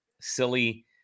silly